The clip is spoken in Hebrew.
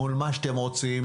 מול מי שאתם רוצים,